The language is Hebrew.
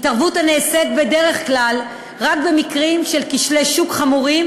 התערבות שנעשית בדרך כלל רק במקרים של כשלי שוק חמורים